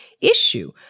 issue